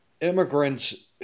immigrants